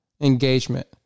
engagement